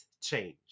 change